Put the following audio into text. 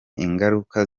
ingaruka